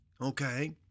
okay